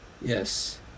Yes